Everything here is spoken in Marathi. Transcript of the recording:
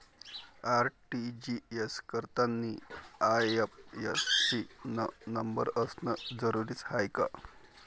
आर.टी.जी.एस करतांनी आय.एफ.एस.सी न नंबर असनं जरुरीच हाय का?